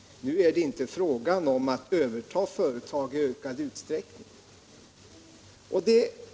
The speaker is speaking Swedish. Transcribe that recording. Nu är det inte fråga om att överta företag i ökad utsträckning.